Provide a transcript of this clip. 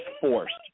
forced